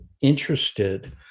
interested